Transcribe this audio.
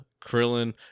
Krillin